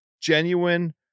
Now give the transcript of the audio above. genuine